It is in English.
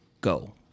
go